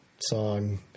song